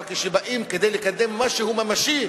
אבל כשבאים כדי לקדם משהו ממשי,